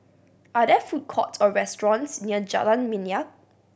are there food courts or restaurants near Jalan Minyak